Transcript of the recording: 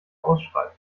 ausschreibt